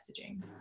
messaging